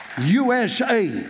USA